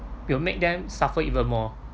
will make them suffer even more